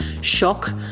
shock